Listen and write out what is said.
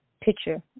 picture